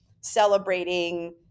celebrating